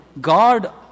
God